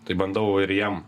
taip bandau ir jam